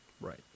Right